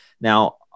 Now